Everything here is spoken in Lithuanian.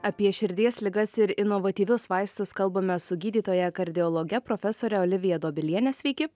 apie širdies ligas ir inovatyvius vaistus kalbamės su gydytoja kardiologe profesore olivija dobilienė sveiki